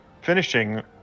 finishing